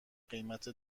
قیمت